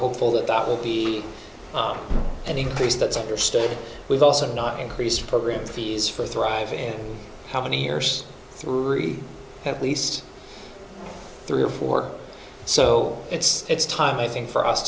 hopeful that that will be an increase that's understood we've also not increased program fees for thrive in how many years three have at least three or four so it's it's time i think for us